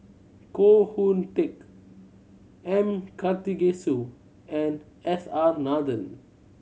Koh Hoon Teck M Karthigesu and S R Nathan